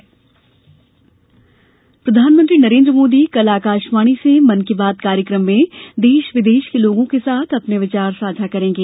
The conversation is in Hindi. मन की बात प्रधानमंत्री नरेन्द्र मोदी कल आकाशवाणी से मन की बात कार्यक्रम में देश विदेश के लोगों के साथ अपने विचार साझा करेंगे